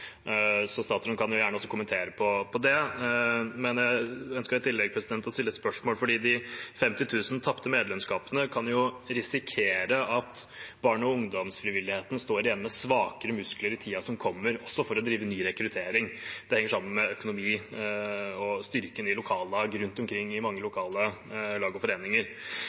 kan man jo risikere at barne- og ungdomsfrivilligheten står igjen med svakere muskler i tiden som kommer, også for å drive ny rekruttering. Det henger sammen med økonomi og styrken i lokallag rundt omkring i mange lokale lag og foreninger.